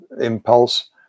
impulse